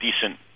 decent